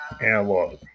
analog